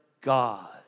God